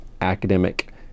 academic